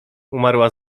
umarła